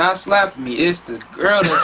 not slapping me, its the girl